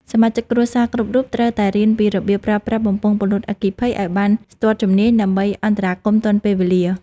សមាជិកគ្រួសារគ្រប់រូបត្រូវតែរៀនពីរបៀបប្រើប្រាស់បំពង់ពន្លត់អគ្គិភ័យឱ្យបានស្ទាត់ជំនាញដើម្បីអន្តរាគមន៍ទាន់ពេលវេលា។